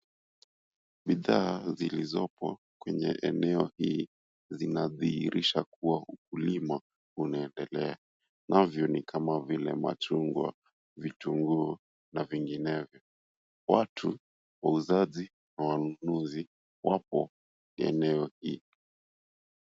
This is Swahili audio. Bidhaa zilizopo kwenye eneo hii zinadhihirisha kuwa ukulima unaendelea navyo ni kama vile machungwa, vitunguu na vinginevyo. Watu, wauzaji na wanunuzi wapo eneo hili.